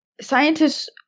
scientists